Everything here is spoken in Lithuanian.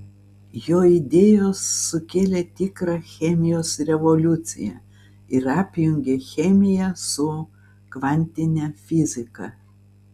jo idėjos sukėlė tikrą chemijos revoliuciją ir apjungė chemiją su kvantine fiziką